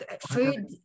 food